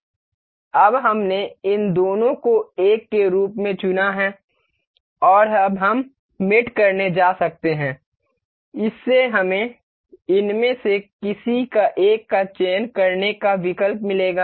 अब हमने इन दोनों को 1 के रूप में चुना है और अब हम मेट करने जा सकते हैं इससे हमें इनमें से किसी एक का चयन करने का विकल्प मिलेगा